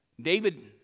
David